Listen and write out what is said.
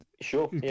sure